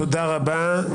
תודה רבה.